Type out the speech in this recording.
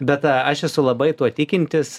bet aš esu labai tuo tikintis